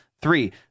three